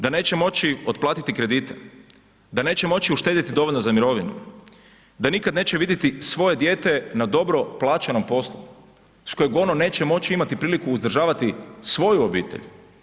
Da neće moći otplatiti kredite, da neće moći uštedjeti dovoljno za mirovinu, da nikad neće vidjeti svoje dijete na dobro plaćenom poslu s kojeg ono neće moći imati priliku uzdržavati svoju obitelj.